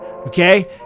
Okay